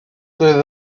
doedd